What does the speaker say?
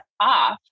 off